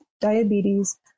diabetes